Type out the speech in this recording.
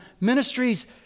ministries